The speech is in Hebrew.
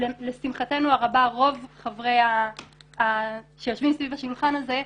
לשמחתנו הרבה רוב היושבים סביב השולחן הזה,